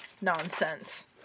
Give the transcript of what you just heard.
nonsense